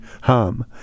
hum